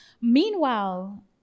meanwhile